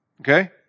okay